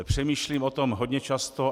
Přemýšlím o tom hodně často.